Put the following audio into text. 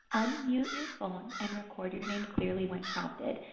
unmute your phone, and record your name clearly when prompted.